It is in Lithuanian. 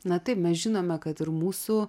na tai mes žinome kad ir mūsų